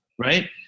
right